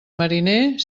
mariner